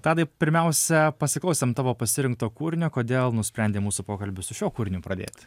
tadai pirmiausia pasiklausėm tavo pasirinkto kūrinio kodėl nusprendei mūsų pokalbį su šiuo kūriniu pradėt